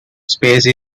space